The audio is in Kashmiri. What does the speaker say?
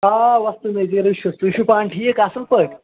آ وۄستہٕ نزیرٕے چھُس تُہۍ چھِو پانہٕ ٹھیٖک اصل پٲٹھۍ